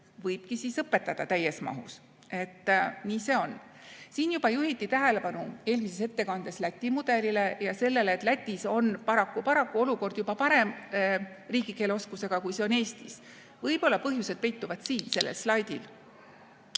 võibki siis õpetada täies mahus, nii see on. Siin juba juhiti tähelepanu eelmises ettekandes Läti mudelile ja sellele, et Lätis on paraku-paraku olukord riigikeeleoskusega juba parem, kui see on Eestis. Võib-olla põhjused peituvad siin sellel slaidil.